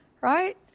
right